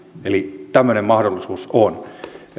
eli tämmöinen mahdollisuus on